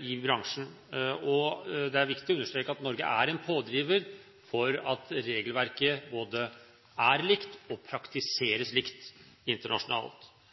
i bransjen. Det er viktig å understreke at Norge er en pådriver for at regelverket både er likt og